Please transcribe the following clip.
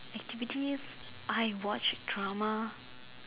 activities I watch drama